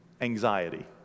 anxiety